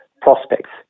prospects